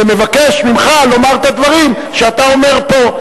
ומבקש ממך לומר את הדברים שאתה אומר פה.